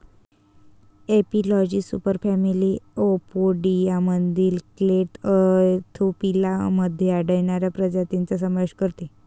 एपिलॉजी सुपरफॅमिली अपोइडियामधील clade Anthophila मध्ये आढळणाऱ्या प्रजातींचा समावेश करते